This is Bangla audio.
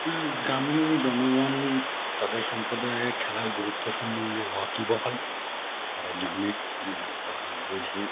হ্যাঁ গ্রামীণ জনগণ তাদের সম্প্রদায়ে খেলার গুরুত্ব সম্বন্ধে ওয়াকিবহাল তারা জানে তারা বোঝে